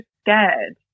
scared